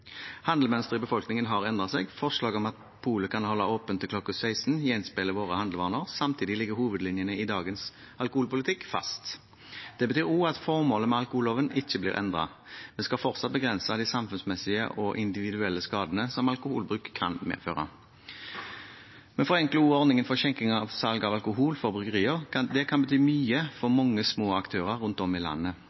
i befolkningen har endret seg. Forslaget om at polet kan holde åpent til kl. 16 gjenspeiler våre handlevaner. Samtidig ligger hovedlinjene i dagens alkoholpolitikk fast. Det betyr også at formålet med alkoholloven ikke blir endret. Vi skal fortsatt begrense de samfunnsmessige og individuelle skadene som alkoholbruk kan medføre. Vi forenkler også ordningen for skjenking og salg av alkohol for bryggerier. Det kan bety mye for mange små aktører rundt om i landet.